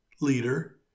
leader